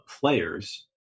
players